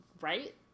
right